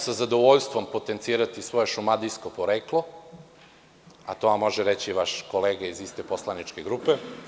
Sa zadovoljstvom ću potencirati svoje šumadijsko poreklo, a to vam može reći vaš kolega iz iste poslaničke grupe.